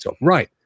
right